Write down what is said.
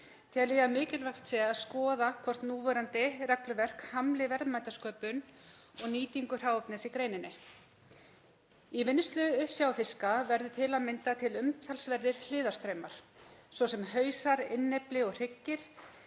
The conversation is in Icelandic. tel ég að mikilvægt sé að skoða hvort núverandi regluverk hamli verðmætasköpun og nýtingu hráefnis í greininni. Í vinnslu uppsjávarfisks verða til að mynda til umtalsverðir hliðarstraumar, svo sem hausar, innyfli og hryggir,